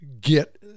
get